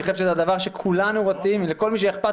אני חושב שזה הדבר שכולנו רוצים ולכל מי שאכפת